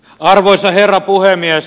arvoisa herra puhemies